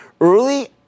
Early